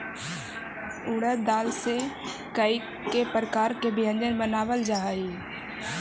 उड़द दाल से कईक प्रकार के व्यंजन बनावल जा हई